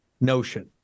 notion